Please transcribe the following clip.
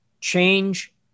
change